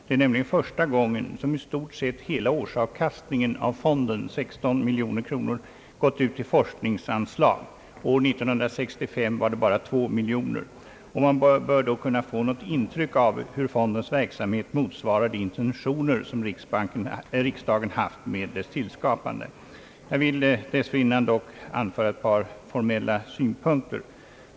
Det är nämligen första gången som i stort sett hela årsavkastningen av fonden, 16 miljoner kronor, gått ut till forskningsanslag — år 1965 var det bara 2 miljoner kronor — och man bör då kunna få något intryck av hur fondens verksamhet motsvarar de intentioner riksdagen haft med dess tillskapande. Jag vill dessförinnan dock anföra ett par formella synpunkter.